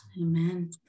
Amen